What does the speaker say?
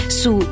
su